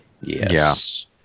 Yes